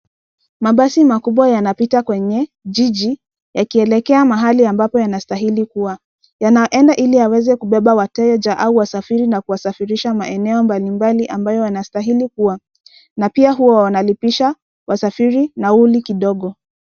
Mabasi makubwa yanapita kwenye jiji yakielekea mahali ambapo yanastahili kuwa. Yanaenda ili aweze kubeba wateja au wasafiri na kuwasafirisha maeneo mbalimbali ambayo wanastahili kuwa na pia huwa wanalipisha wasafiri nauli kidogo.